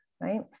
right